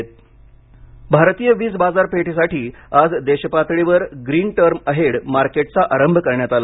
हरित ऊर्जा भारतीय वीज बाजारपेठेसाठी आज देश पातळीवर ग्रीन टर्म अहेड मार्केटचा आरंभ करण्यात आला